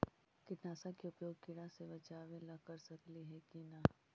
कीटनाशक के उपयोग किड़ा से बचाव ल कर सकली हे की न?